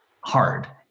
hard